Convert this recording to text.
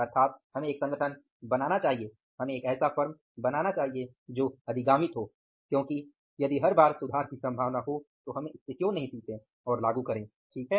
अर्थात हमें एक संगठन बनाना चाहिए हमें एक ऐसा फर्म बनाना जो अधिगामित हो क्योंकि यदि हर बार सुधार की संभावना हो तो इसे क्यों नहीं सीखे और लागू करें ठीक है